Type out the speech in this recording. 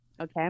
okay